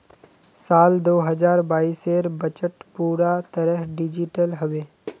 साल दो हजार बाइसेर बजट पूरा तरह डिजिटल हबे